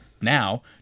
now